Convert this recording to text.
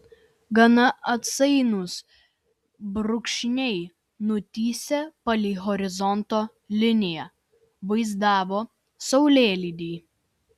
gana atsainūs brūkšniai nutįsę palei horizonto liniją vaizdavo saulėlydį